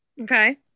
Okay